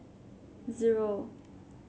zero